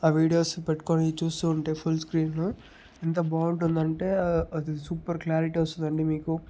ఆ వీడియోస్ పెట్టుకుని చూస్తుంటే ఫుల్ స్క్రీన్ ఎంత బాగుందంటే అది సూపర్ క్లారిటీ వస్తుందండి మీకు